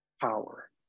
power